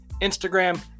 Instagram